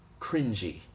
cringy